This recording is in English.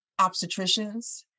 obstetricians